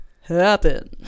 happen